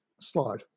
slide